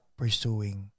pursuing